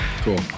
Cool